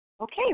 Okay